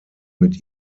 mit